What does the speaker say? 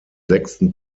sechsten